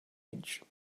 edge